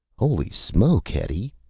holy smoke, hetty,